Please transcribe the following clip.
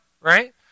right